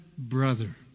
brother